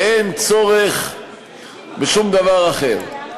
ואין צורך בשום דבר אחר.